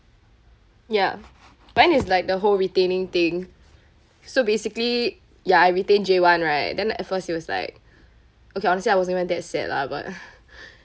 ya but then it's like the whole retaining thing so basically ya I retained J one right then at first it was like okay honestly I wasn't even that sad lah but